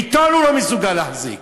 עיתון הוא לא מסוגל להחזיק